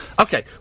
okay